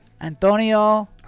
Antonio